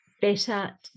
Better